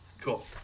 Cool